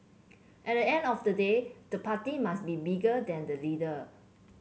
at the end of the day the party must be bigger than the leader